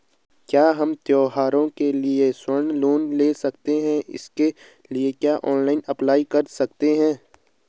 क्या हम त्यौहारों के लिए स्वर्ण लोन ले सकते हैं इसके लिए क्या ऑनलाइन अप्लाई कर सकते हैं?